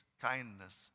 kindness